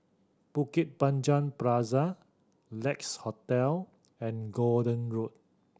Bukit Panjang Plaza Lex Hotel and Gordon Road